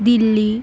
Delhi